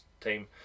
team